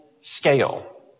scale